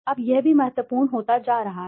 अब यह भी महत्वपूर्ण होता जा रहा है